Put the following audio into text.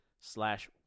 slash